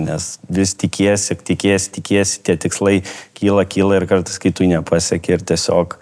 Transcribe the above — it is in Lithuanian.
nes vis tikiesi ir tikiesi tikiesi tie tikslai kyla kyla ir kartais kai tu nepaseki ir tiesiog